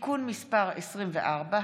(תיקון מס' 24),